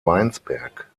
weinsberg